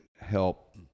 help